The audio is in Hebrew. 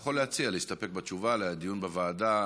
יכול להציע להסתפק בתשובה, דיון בוועדה.